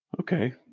Okay